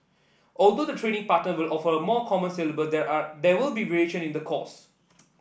although the training partners will offer a common syllabus there are there will be variation in the course